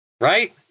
Right